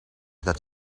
dat